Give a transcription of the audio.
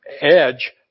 edge